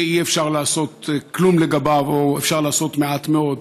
שאי-אפשר לעשות כלום לגביו או אפשר לעשות מעט מאוד,